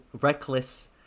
reckless